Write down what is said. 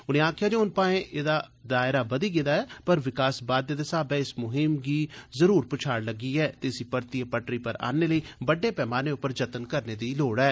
उनें आक्खेआ जे हून भाएं एह्दा दायरा बधी गेदा ऐ पर विकास बादृदे दे साब्बै इस मुहिम गी जरूर पछाड़ लग्गी ऐ ते इसी परतियै पटरी पर आन्नने लेई बड्डै पैमाने पर जतन करने दी लोड़ ऐ